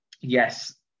yes